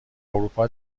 اروپا